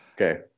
Okay